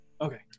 Okay